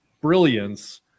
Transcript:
brilliance